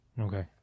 Okay